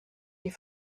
die